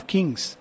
Kings